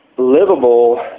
livable